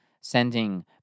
sending